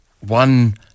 one